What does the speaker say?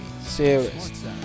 serious